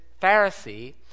Pharisee